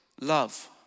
love